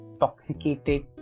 toxicated